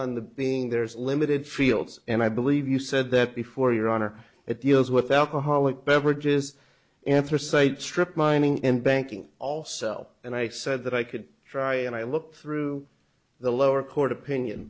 on the being there is limited fields and i believe you said that before your honor it deals with alcoholic beverages interstate strip mining and banking also and i said that i could try and i looked through the lower court opinion